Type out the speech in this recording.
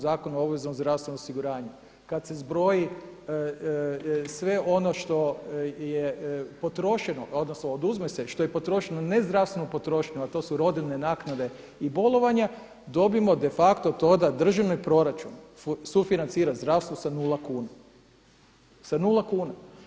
Zakona o obveznom zdravstvenom osiguranju, kad se zbroji sve ono što je potrošeno, odnosno oduzme se što je potrošeno ne zdravstvenom potrošnjom, a to su rodiljne naknade i bolovanja dobimo de facto to da državni proračun sufinancira zdravstvo sa nula kuna, sa nula kuna.